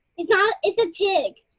it's not it's a pig.